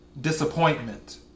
disappointment